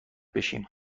بشیم